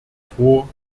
vor